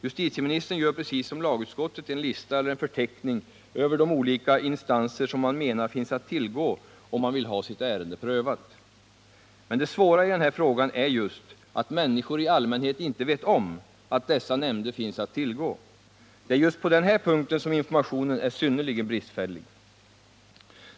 Justitieministern gör precis som lagutskottet enlista eller en förteckning över de olika instanser som man menar finns att tillgå, om man vill ha sitt ärende prövat. Men det svåra i den här frågan är just att människor i allmänhet inte vet om att dessa nämnder finns att tillgå. Det är just på den här punkten som informationen är synnerligen bristfällig.